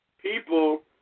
people